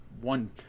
one